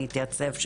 אני אתייצב.